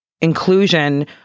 inclusion